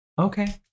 okay